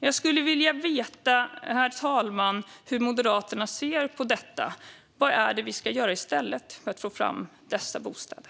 Jag skulle vilja veta hur Moderaterna ser på detta. Vad ska vi göra i stället för att få fram dessa bostäder?